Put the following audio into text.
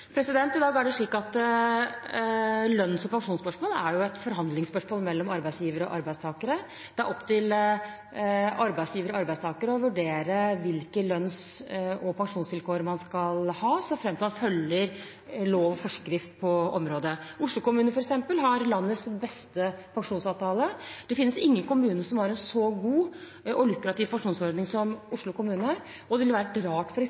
I dag er det slik at lønns- og pensjonsspørsmål er et forhandlingsspørsmål mellom arbeidsgivere og arbeidstakere. Det er opp til arbeidsgiver og arbeidstaker å vurdere hvilke lønns- og pensjonsvilkår man skal ha, så fremt man følger lov og forskrift på området. Oslo kommune, f.eks., har landets beste pensjonsavtale. Det finnes ingen kommune som har en så god og lukrativ pensjonsordning som Oslo kommune, og det ville ha vært rart